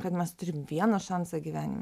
kad mes turim vieną šansą gyvenime